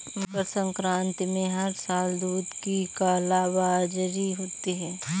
मकर संक्रांति में हर साल दूध की कालाबाजारी होती है